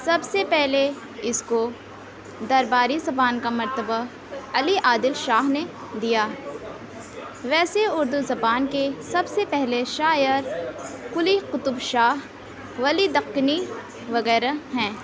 سب سے پہلے اِس کو درباری زبان کا مرتبہ علی عادل شاہ نے دیا ویسے اردو زبان کے سب سے پہلے شاعر قلی قطب شاہ ولی دکنی وغیرہ ہیں